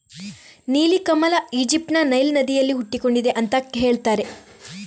ನೀಲಿ ಕಮಲ ಈಜಿಪ್ಟ್ ನ ನೈಲ್ ನದಿಯಲ್ಲಿ ಹುಟ್ಟಿಕೊಂಡಿದೆ ಅಂತ ಹೇಳ್ತಾರೆ